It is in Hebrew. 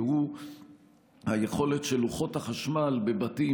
והוא היכולת של לוחות החשמל בבתים,